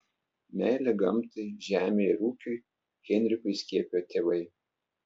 meilę gamtai žemei ir ūkiui henrikui įskiepijo tėvai